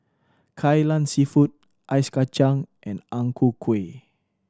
Kai Lan Seafood Ice Kachang and Ang Ku Kueh